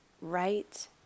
right